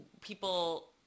people